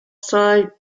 sir